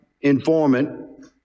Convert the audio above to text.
informant